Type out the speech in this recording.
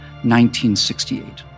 1968